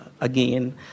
again